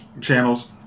channels